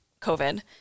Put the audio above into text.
COVID